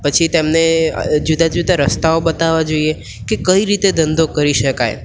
પછી તેમને જુદા જુદા રસ્તાઓ બતાવવા જોઈએ કે કઈ રીતે ધંધો કરી શકાય